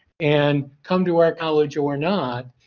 and come to our college or not.